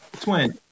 Twin